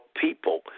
people